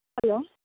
hello